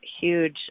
huge